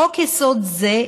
חוק-יסוד זה,